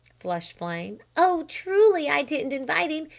flushed flame. oh, truly, i didn't invite him!